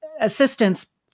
assistance